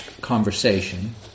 conversation